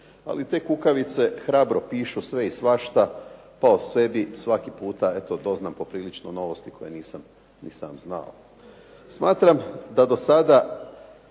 ali te kukavice hrabro pišu sve i svašta, pa o sebi svaki puta eto doznam poprilično novosti koje nisam ni sam znao. Smatram da do sada